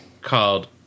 Called